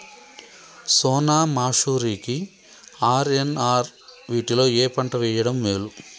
సోనా మాషురి కి ఆర్.ఎన్.ఆర్ వీటిలో ఏ పంట వెయ్యడం మేలు?